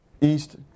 east